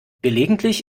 gelegentlich